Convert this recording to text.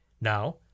Now